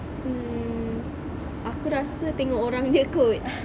mm aku rasa tengok orang dia kot